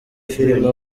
filime